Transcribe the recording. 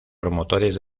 promotores